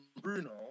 Bruno